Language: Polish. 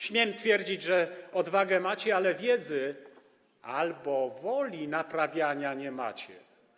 Śmiem twierdzić, że odwagę macie, ale wiedzy albo woli naprawiania nie macie.